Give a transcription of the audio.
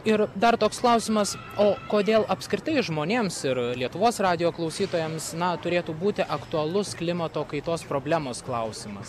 ir dar toks klausimas o kodėl apskritai žmonėms ir lietuvos radijo klausytojams na turėtų būti aktualus klimato kaitos problemos klausimas